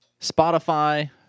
Spotify